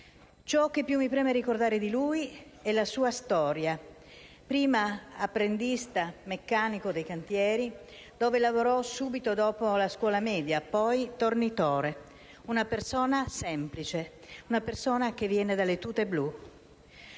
Ciò che più mi preme ricordare di lui è la sua storia: prima apprendista meccanico dei cantieri, dove lavorò subito dopo la scuola media, poi tornitore. Una persona semplice, una persona che viene dalle tute blu.